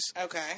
Okay